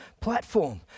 platform